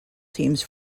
teams